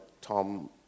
Tom